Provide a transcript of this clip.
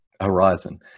horizon